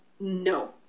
no